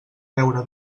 beure